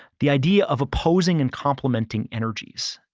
the idea of opposing and complimenting energies,